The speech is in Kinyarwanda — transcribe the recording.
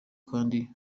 kandi